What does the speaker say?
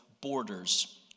borders